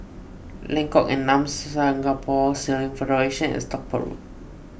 Lengkok Enam Singapore Sailing Federation and Stockport Road